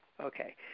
Okay